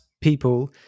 people